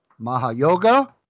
Mahayoga